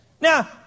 Now